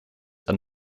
are